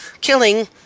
killing